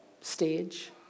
stage